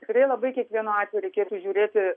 tikrai labai kiekvienu atveju reikėtų žiūrėti